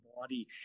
body